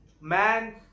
Man